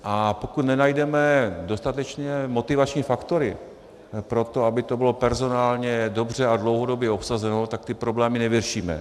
A pokud nenajdeme dostatečně motivační faktory pro to, aby to bylo personálně dobře a dlouhodobě obsazeno, tak ty problémy nevyřešíme.